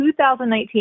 2019